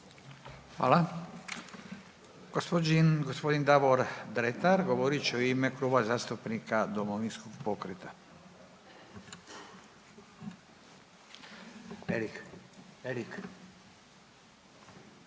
Hvala. Gospodin Davor Dretar govorit će u ime Kluba zastupnika Domovinskog pokreta. Izvolite.